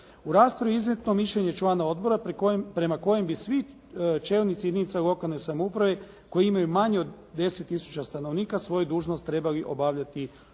U raspravi je iznijeto mišljenje člana Odbora pri kojem, prema kojem bi svi čelnici jedinica lokalne samouprave koji imaju manje od 10 tisuća stanovnika svoju dužnost trebali obavljati